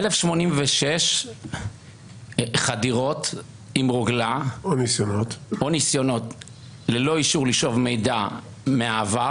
1,086 חדירות עם רוגלה או ניסיונות ללא אישור לשאוב מידע מהעבר.